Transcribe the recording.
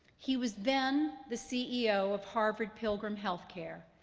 he was then the ceo of harvard pilgrim healthcare,